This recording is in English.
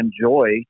enjoy